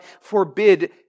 forbid